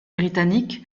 britannique